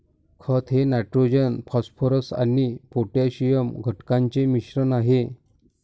खत हे nitrogen phosphorus आणि पोटॅशियम घटकांचे मिश्रण आहे